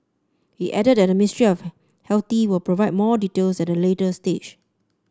he added that the Ministry of Healthy will provide more details at the later stage